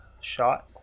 shot